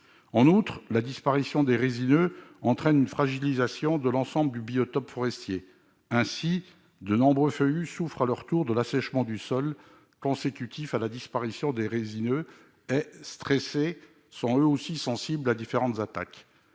En outre, la disparition des résineux entraîne une fragilisation de l'ensemble du biotope forestier. Ainsi, de nombreux feuillus souffrent à leur tour de l'assèchement du sol consécutif à la disparition des résineux et, stressés, sont eux aussi sensibles à différentes attaques.